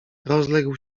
rozległ